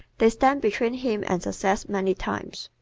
they stand between him and success many times.